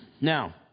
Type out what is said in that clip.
Now